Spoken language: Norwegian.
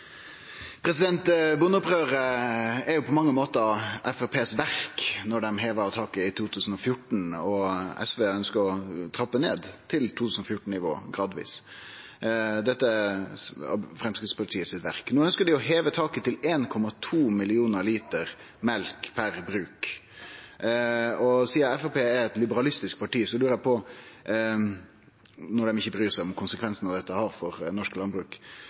på mange måtar Framstegspartiets verk frå da dei heva taket i 2014. SV ønskjer å trappe gradvis ned til 2014-nivået. Dette er Framstegspartiets verk, og no ønskjer dei å heve taket til 1,2 millionar liter mjølk per bruk. Sidan Framstegspartiet er eit liberalistisk parti, og når dei ikkje bryr seg om konsekvensane dette har for norsk landbruk,